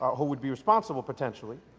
who would be responsible potentially,